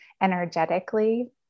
energetically